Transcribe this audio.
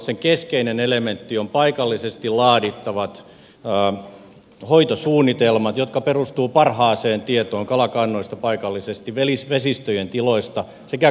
sen keskeinen elementti on paikallisesti laadittavat hoitosuunnitelmat jotka perustuvat parhaaseen tietoon kalakannoista vesistöjen tiloista sekä kalastuspaineesta paikallisesti